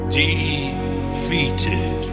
defeated